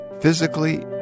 physically